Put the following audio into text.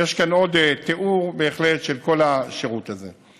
ויש כאן עוד תיאור של כל השירות הזה.